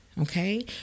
Okay